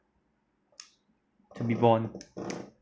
to be born